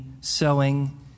sowing